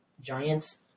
Giants